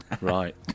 Right